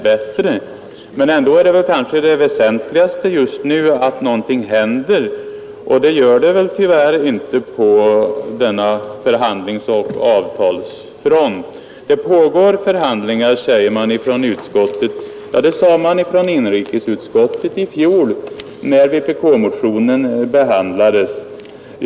Det väsentligaste just nu är emellertid att någonting händer, och det gör det tyvärr inte på denna förhandlingsoch avtalsfront. Det pågår förhandlingar, säger utskottet. Det sade inrikesutskottet i fjol, när vpk-motionen behandlades där.